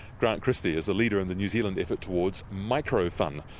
grant christie is a leader in the new zealand effort towards microfun,